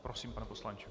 Prosím, pane poslanče.